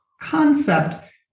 concept